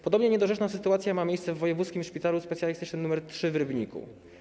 Podobnie niedorzeczna sytuacja ma miejsce w Wojewódzkim Szpitalu Specjalistycznym nr 3 w Rybniku.